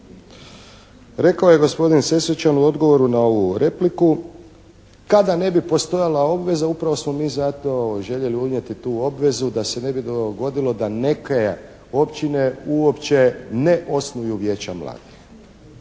rekao je gospodin Sesvečan u odgovoru na ovu repliku kada ne bi postojala obveza upravo smo mi zato željeli unijeti tu obvezu da se ne bi dogodilo da neke općine uopće ne osnuju Vijeća mladih.